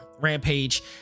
rampage